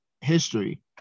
history